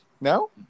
no